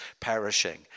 perishing